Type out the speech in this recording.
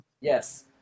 Yes